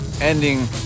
ending